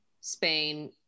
Spain